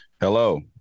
Hello